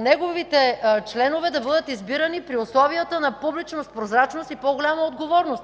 неговите членове да бъдат избирани при условията на публичност, прозрачност и по-голяма отговорност.